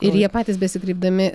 ir jie patys besikreipdami